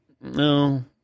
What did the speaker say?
No